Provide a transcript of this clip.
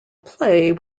play